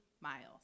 miles